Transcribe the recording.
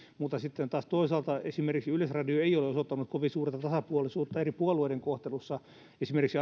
mutta sitten taas toisaalta yleisradio ei esimerkiksi ole osoittanut kovin suurta tasapuolisuutta eri puolueiden kohtelussa en esimerkiksi